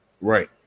Right